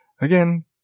again